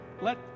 Let